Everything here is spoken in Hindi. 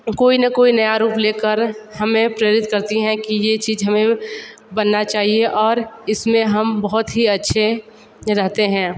कोई ना कोई नया रूप लेकर हमें प्रेरित करती हैं कि ये चीज हमें बनना चाहिए और इसमें हम बहुत ही अच्छे रहते हैं